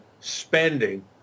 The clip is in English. spending